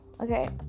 okay